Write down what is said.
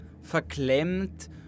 verklemmt